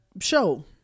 show